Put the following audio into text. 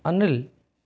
Anil